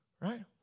right